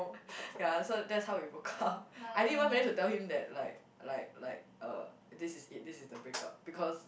ya so that's how we broke up I didn't even managed to tell him that like like like uh this is it this is the break up because